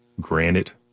granite